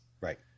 Right